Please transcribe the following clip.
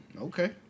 Okay